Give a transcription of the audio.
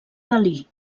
dalí